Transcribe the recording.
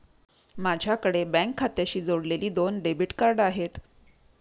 माझ्याकडे बँक खात्याशी जोडलेली दोन डेबिट कार्ड आहेत